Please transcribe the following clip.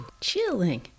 chilling